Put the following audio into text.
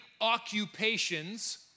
occupations